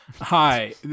hi